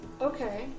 Okay